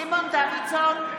(קוראת בשמות חברי הכנסת) סימון דוידסון,